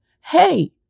hey